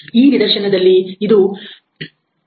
ಈ ನಿದರ್ಶನದಲ್ಲಿ ಇದು 0